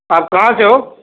آپ کہاں سے ہو